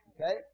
Okay